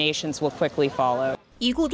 nations will quickly follow equal